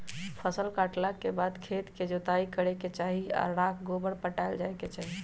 फसल काटला के बाद खेत के जोताइ करे के चाही आऽ राख गोबर पटायल जाय के चाही